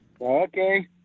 Okay